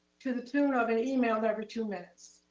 to the tune of an email every two minutes.